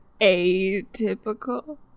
atypical